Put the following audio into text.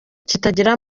kitagira